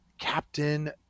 Captain